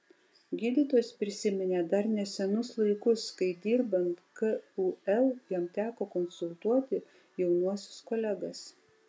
gydytojas prisiminė dar nesenus laikus kai dirbant kul jam teko konsultuoti jaunuosius kolegas